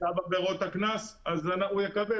אתם יודעים